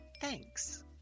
Thanks